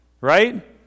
right